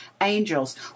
angels